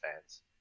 fans